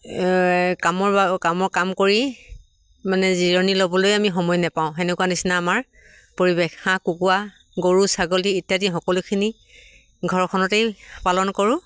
কামৰ কামৰ কাম কৰি মানে জিৰণি ল'বলৈ আমি সময় নাপাওঁ তেনেকুৱা নিচিনা আমাৰ পৰিৱেশ হাঁহ কুকুৰা গৰু ছাগলী ইত্যাদি সকলোখিনি ঘৰখনতেই পালন কৰোঁ